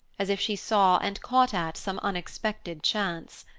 as if she saw and caught at some unexpected chance.